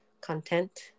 content